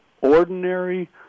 ordinary